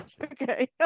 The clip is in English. okay